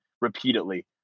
repeatedly